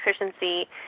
efficiency